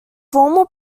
formal